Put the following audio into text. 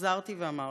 וחזרתי ואמרתי,